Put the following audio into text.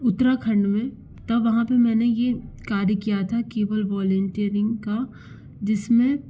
उत्तराखण्ड में तब वहाँ पे मैंने ये कार्य किया था केवल वॉलेंटियरिंग का जिस में